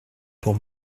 pour